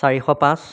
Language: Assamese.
চাৰিশ পাঁচ